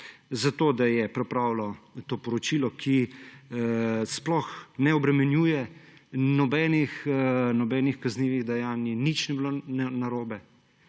za to, da je pripravilo to poročilo, ki sploh ne obremenjuje, nobenih kaznivih dejanj ni, nič ni bilo narobe,